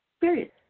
Period